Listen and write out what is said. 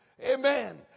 Amen